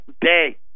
day